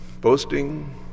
boasting